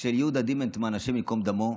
של יהודה דימנטמן, השם ייקום דמו,